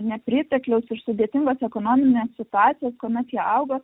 nepritekliaus ir sudėtingos ekonominės situacijos kuomet jie augo